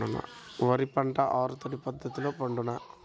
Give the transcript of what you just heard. వరి పంట ఆరు తడి పద్ధతిలో పండునా?